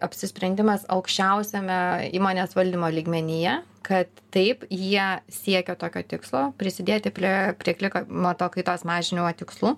apsisprendimas aukščiausiame įmonės valdymo lygmenyje kad taip jie siekia tokio tikslo prisidėti prie prie kliko mato kaitos mažinimo tikslų